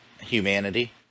humanity